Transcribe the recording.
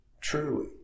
truly